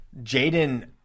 Jaden